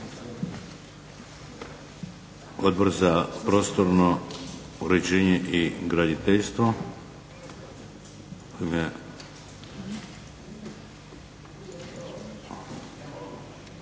Odbor za prostorno uređenje i graditeljstvo